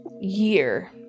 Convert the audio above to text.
year